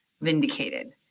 vindicated